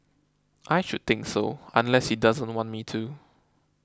I should think so unless he doesn't want me to